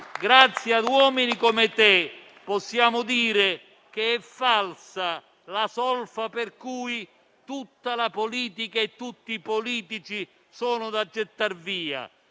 Grazie a uomini come te possiamo dire che è falsa la solfa per cui tutta la politica e tutti i politici sono da gettar via.